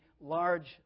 large